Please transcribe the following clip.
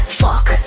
fuck